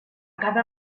cada